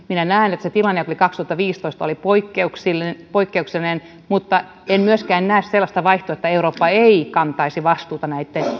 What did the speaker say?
minä näen että se tilanne mikä oli kaksituhattaviisitoista oli poikkeuksellinen poikkeuksellinen mutta en myöskään näe sellaista vaihtoehtoa että eurooppa ei kantaisi vastuuta näistä